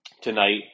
tonight